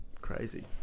crazy